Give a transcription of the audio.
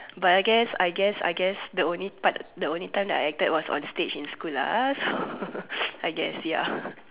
but I guess I guess I guess the only part the only time I acted was on stage in school lah ah so I guess ya